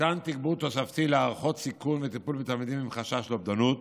ניתן תגבור תוספתי להערכות סיכון וטיפול בתלמידים עם חשש לאובדנות,